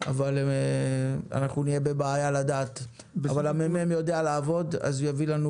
תהיה לנו בעיה לדעת אבל מרכז המחקר והמידע יודע לעבוד והוא יביא לנו